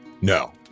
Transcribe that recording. No